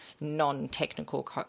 non-technical